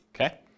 okay